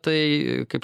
tai kaip